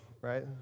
right